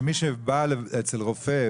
מרגע שבנאדם ממלא את הטופס,